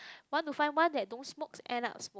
want to find one that don't smokes end up smokes